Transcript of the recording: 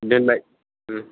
दोनबाय